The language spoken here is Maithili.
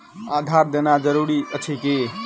आधार देनाय जरूरी अछि की?